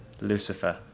Lucifer